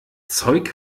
zeug